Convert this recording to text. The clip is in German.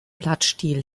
blattstiel